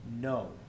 No